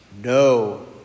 No